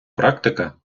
практика